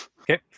Okay